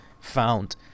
found